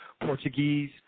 Portuguese